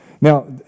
Now